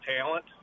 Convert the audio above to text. talent